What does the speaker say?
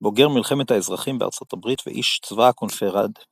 בוגר מלחמת האזרחים בארצות הברית ואיש צבא הקונפדרציה,